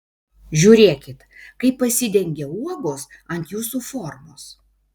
žiūrėkit kaip pasidengia uogos ant jūsų formos